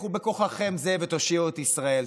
לכו בכוחכם זה, ותושיעו את ישראל.